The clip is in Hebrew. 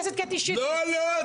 לא על לוד.